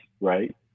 right